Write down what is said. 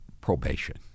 probation